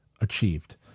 achieved